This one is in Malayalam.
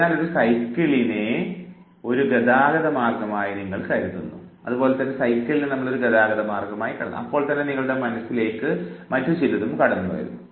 അതിനാൽ ഒരു സൈക്കിളിനെ ഒരു ഗതാഗത മാർഗ്ഗമായി നിങ്ങൾ കരുതുന്നു അപ്പോൾത്തന്നെ നിങ്ങളുടെ മനസ്സിലേക്ക് മറ്റുചിലത് കടന്നു വരുന്നു